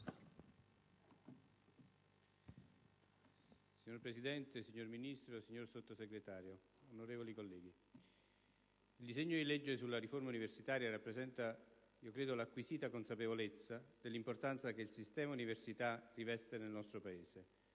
Signora Presidente, signora Ministro, signor Sottosegretario, onorevoli colleghi, il disegno di legge sulla riforma universitaria rappresenta, io credo, l'acquisita consapevolezza dell'importanza che il sistema università riveste nel nostro Paese,